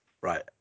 right